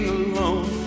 alone